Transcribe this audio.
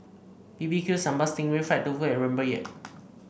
B B Q Sambal Sting Ray Fried Tofu and Rempeyek